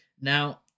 Now